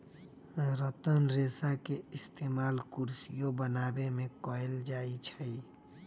रतन रेशा के इस्तेमाल कुरसियो बनावे में कएल जाई छई